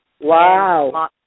wow